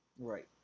Right